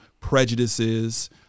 prejudices